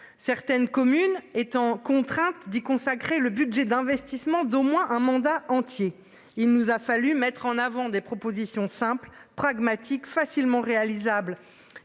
Certaines communes étant contrainte d'y consacrer le budget d'investissement d'au moins un mandat entier, il nous a fallu mettre en avant des propositions simples, pragmatiques facilement réalisables